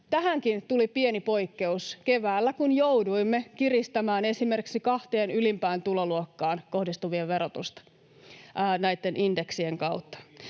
tähänkin tuli pieni poikkeus keväällä, kun jouduimme kiristämään esimerkiksi kahteen ylimpään tuloluokkaan kohdistuvaa verotusta indeksien kautta.